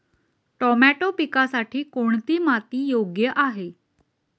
Tomato पिकासाठी कोणती माती योग्य आहे?